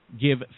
give